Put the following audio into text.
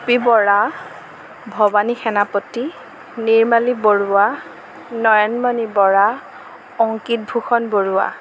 happy Bora Bhawani Senapati Nirmali Baruah Nayanmoni Bora Ankit Bhushan Barua